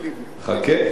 חכה.